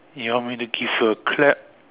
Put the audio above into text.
you want me to give you a clap